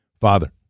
Father